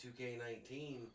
2K19